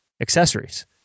accessories